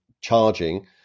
charging